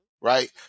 right